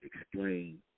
explain